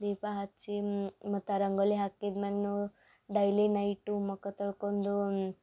ದೀಪ ಹಚ್ಚಿ ಮತ್ತು ರಂಗೋಲಿ ಹಾಕಿದ ಮೆನ್ನು ಡೈಲಿ ನೈಟು ಮುಖ ತೊಳ್ಕೊಂದು